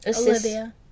Olivia